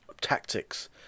tactics